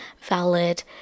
valid